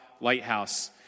Lighthouse